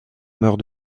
meurt